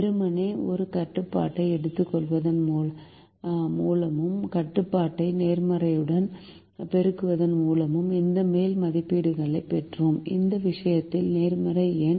வெறுமனே ஒரு கட்டுப்பாட்டை எடுத்துக்கொள்வதன் மூலமும் கட்டுப்பாட்டை நேர்மறையுடன் பெருக்குவதன் மூலமும் இந்த மேல் மதிப்பீடுகளைப் பெற்றோம் இந்த விஷயத்தில் நேர்மறை எண்